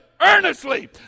earnestly